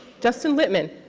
justin whitman,